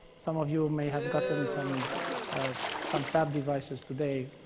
some of you may have gotten some ah some tab devices today.